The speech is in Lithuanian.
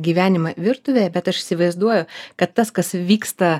gyvenimą virtuvėje bet aš įsivaizduoju kad tas kas vyksta